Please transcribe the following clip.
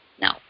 No